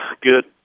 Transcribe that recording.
good